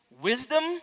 wisdom